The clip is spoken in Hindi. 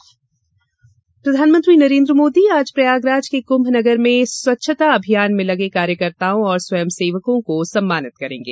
मोदी कुम्भ प्रधानमंत्री नरेन्द्र मोदी आज प्रयागराज के कुम्भ नगर में स्वच्छता अभियान में लगे कार्यकर्ताओं और स्वंयसेवकों को सम्मानित करेंगे